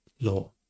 law